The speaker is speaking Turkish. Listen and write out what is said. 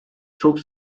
çok